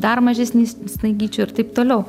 dar mažesnis snaigyčių ir taip toliau